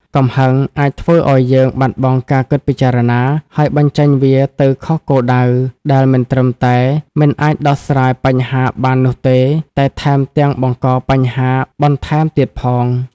កំហឹងអាចធ្វើឲ្យយើងបាត់បង់ការគិតពិចារណា ហើយបញ្ចេញវាទៅខុសគោលដៅ ដែលមិនត្រឹមតែមិនអាចដោះស្រាយបញ្ហាបាននោះទេ តែថែមទាំងបង្កបញ្ហាបន្ថែមទៀតផង។